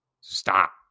Stop